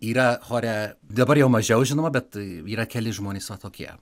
yra chore dabar jau mažiau žinoma bet yra keli žmonės va tokie